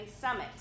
Summit